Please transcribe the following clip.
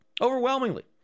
overwhelmingly